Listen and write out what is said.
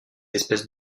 espèces